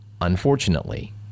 unfortunately